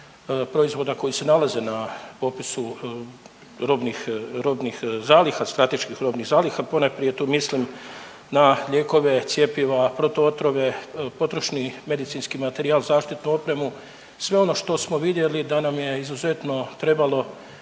proizvoda koji se nalaze na popisu robnih zaliha, strateških robnih zaliha, ponajprije tu mislim na lijekove, cjepiva, protuotrove, potrošni medicinski materijal, zaštitnu opremu, sve ono što smo vidjeli da nam je izuzetno trebalo